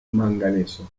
manganeso